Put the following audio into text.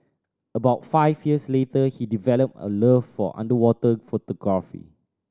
about five years later he developed a love for underwater photography